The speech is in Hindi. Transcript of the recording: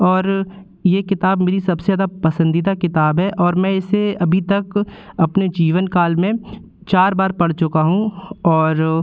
और यह किताब मेरी सबसे ज़्यादा पसंदीदा किताब है और मैं इसे अभी तक अपने जीवन काल में चार बार पढ़ चुका हूँ और